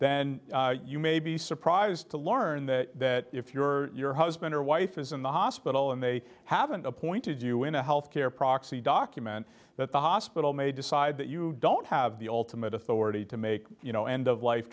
then you may be surprised to learn that if your husband or wife is in the hospital and they haven't appointed you in a health care proxy document that the hospital may decide that you don't have the ultimate authority to make you know end of life